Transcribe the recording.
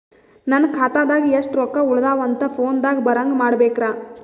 ನನ್ನ ಖಾತಾದಾಗ ಎಷ್ಟ ರೊಕ್ಕ ಉಳದಾವ ಅಂತ ಫೋನ ದಾಗ ಬರಂಗ ಮಾಡ ಬೇಕ್ರಾ?